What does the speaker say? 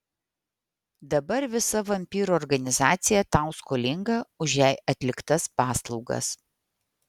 dabar visa vampyrų organizacija tau skolinga už jai atliktas paslaugas